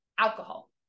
alcohol